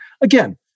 Again